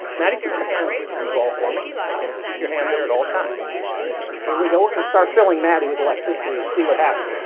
maddie put your hand on the ball for me and keep your hand there at all times and here we go. we're gonna start feeling maddie with electricity see what happens.